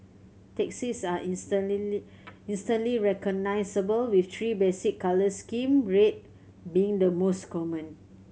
taxis are instantly recognisable with three basic colour scheme red being the most common